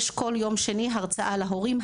יש כל יום שני הרצאה להורים.